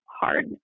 hard